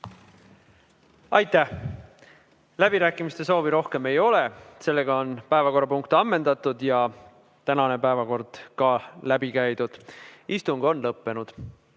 Aitäh! Läbirääkimiste soovi rohkem ei ole. Päevakorrapunkt on ammendatud ja tänane päevakord ka läbi käidud. Istung on lõppenud.